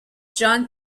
john